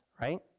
right